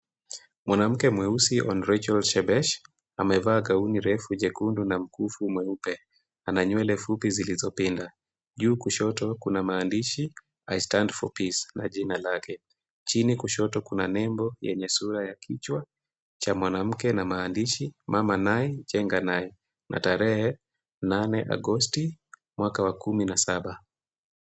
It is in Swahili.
Mwanamke mweusi, Hon . Rachel Shebesh, amevaa gauni refu jekundu na mkufu mweupe. Ana nywele fupi zilizopinda. Juu kushoto kuna maandishi I stand for peace na jina lake. Chini kushoto kuna nembo yenye sura ya kichwa cha mwanamke na maandishi, Mama Nai jenga Nai na tarehe nane Agosti mwaka wa kumi na saba.